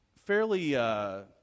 Fairly